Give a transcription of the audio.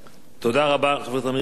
תודה רבה לחבר הכנסת עמיר פרץ.